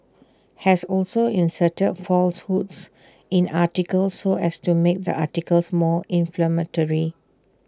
has also inserted falsehoods in articles so as to make the articles more inflammatory